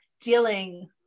dealing